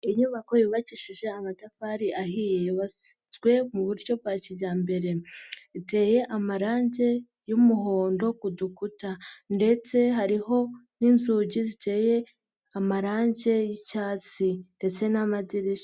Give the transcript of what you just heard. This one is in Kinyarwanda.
Inyubako yubakishije amatafari ahiye. Yubatswe mu buryo bwa kijyambere. Iteye amarangi y'umuhondo ku dukuta ndetse hariho n'inzugi ziteye amarangi y'icyatsi ndetse n'amadirishya.